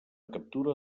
captura